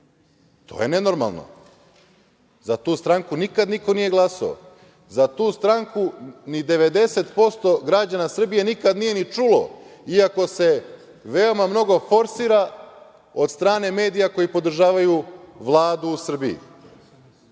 To je nenormalno, za tu stranku nikad niko nije glasao, za tu stranku ni 90% građana Srbije nikad nije ni čulo, iako se veoma mnogo forsira od strane medija koji podržavaju Vladu Srbiji. Dakle,